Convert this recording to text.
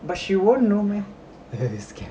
but she won't know meh scared